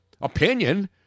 opinion